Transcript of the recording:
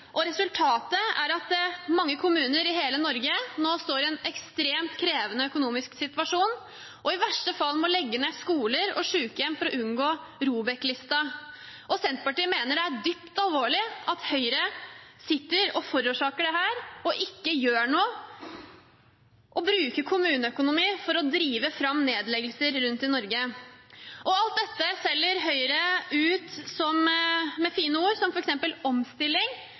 Resultatet er at mange kommuner i hele Norge nå står i en ekstremt krevende økonomisk situasjon og i verste fall må legge ned skoler og sykehjem for å unngå ROBEK-listen. Senterpartiet mener det er dypt alvorlig at Høyre sitter og forårsaker dette, ikke gjør noe og bruker kommuneøkonomi for å drive fram nedleggelser rundt i Norge. Alt dette selger Høyre ut med fine ord som f.eks. omstilling,